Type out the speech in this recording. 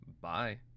Bye